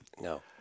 No